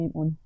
on